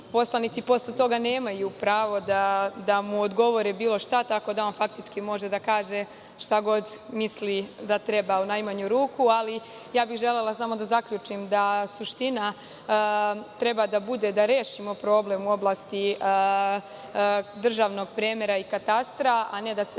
poslanici posle toga nemaju pravo da mu odgovore bilo šta, tako da on faktički može da kaže šta god misli da treba u najmanju ruku. Želela bih samo da zaključim da suština treba da bude da rešimo problem u oblasti državnog premera i katastra, a ne da se